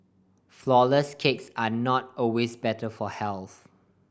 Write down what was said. flourless cakes are not always better for health